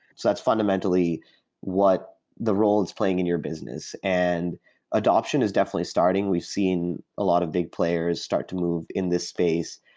that's fundamentally what the role is playing in your business, and adoption is definitely starting. we've seen a lot of big players start to move in this space.